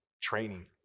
training